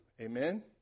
Amen